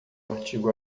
artigo